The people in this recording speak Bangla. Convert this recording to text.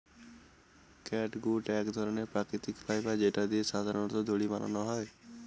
ক্যাটগুট এক ধরনের প্রাকৃতিক ফাইবার যেটা দিয়ে সাধারনত দড়ি বানানো হয়